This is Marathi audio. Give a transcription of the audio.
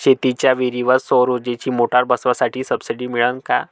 शेतीच्या विहीरीवर सौर ऊर्जेची मोटार बसवासाठी सबसीडी मिळन का?